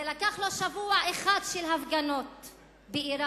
זה לקח לו שבוע אחד של הפגנות באירן.